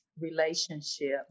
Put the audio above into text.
relationship